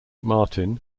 martin